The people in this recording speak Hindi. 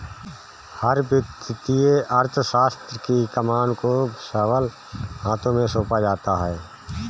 हर वित्तीय अर्थशास्त्र की कमान को सबल हाथों में सौंपा जाता है